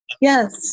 yes